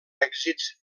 èxits